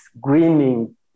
greening